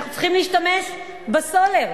אנחנו צריכים להשתמש בסולר.